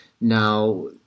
now